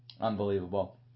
Unbelievable